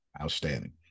outstanding